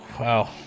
Wow